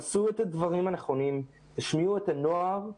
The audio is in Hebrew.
תעשו את הדברים הנכונים, תשמיעו את הנוער,